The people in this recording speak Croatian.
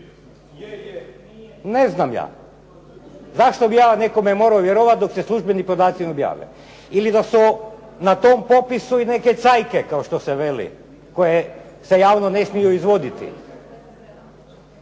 Ne znam ja. Zašto bi ja nekome morao vjerovati dok se službeni podaci ne objave. Ili da su na tom popisu i neke cajke kao što se veli koje se javno ne smiju izvoditi.